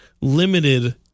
limited